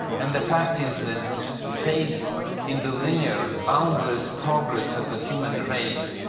and the fact is that faith in the linear boundless progress of the human race,